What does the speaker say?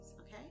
okay